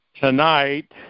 tonight